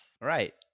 right